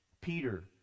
Peter